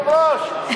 אדוני היושב-ראש,